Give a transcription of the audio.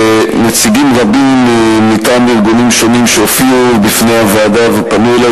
לנציגים רבים מטעם ארגונים שונים שהופיעו בפני הוועדה ופנו אלי,